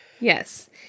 Yes